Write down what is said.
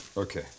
Okay